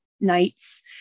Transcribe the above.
nights